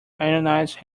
ionized